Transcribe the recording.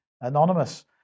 anonymous